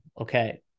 okay